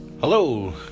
Hello